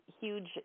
huge